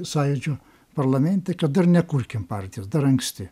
sąjūdžio parlamente kad dar nekurkim partijos dar anksti